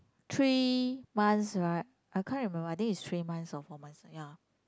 three months right I can't remember I think is three months or four months ya